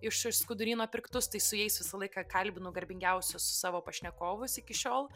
iš skuduryno pirktus tai su jais visą laiką kalbinu garbingiausius savo pašnekovus iki šiol